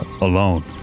alone